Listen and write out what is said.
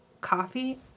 coffee